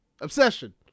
Obsession